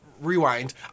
rewind